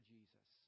Jesus